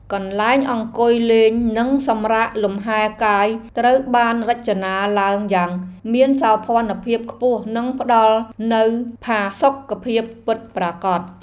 កន្លែងអង្គុយលេងនិងសម្រាកលំហែកាយត្រូវបានរចនាឡើងយ៉ាងមានសោភណភាពខ្ពស់និងផ្តល់នូវផាសុកភាពពិតប្រាកដ។